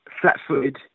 flat-footed